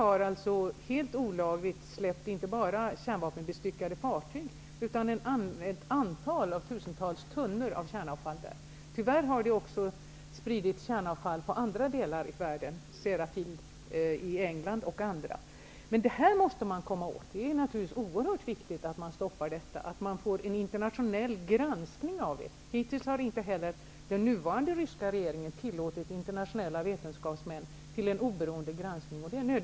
Sovjet har helt olagligt sänkt inte bara kärnvapenbestyckade fartyg utan även tusentals tunnor med kärnavfall där. Tyvärr har det spridits kärnavfall även i andra delar av världen, t.ex. Sellafield i England. Detta måste man komma åt. Det är naturligtvis oerhört viktigt att man stoppar denna spridning och får en internationell granskning av den. Hitills har inte heller den nuvarande ryska regeringen tillåtit internationella vetenskapsmän att göra en oberoende granskning.